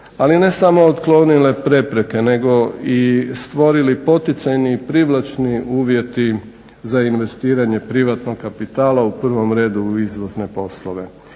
ali ne samo otklonile prepreke nego i stvorili poticajni privlačni uvjeti za investiranje privatnog kapitala u prvom redu u izvozne poslove.